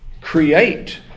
create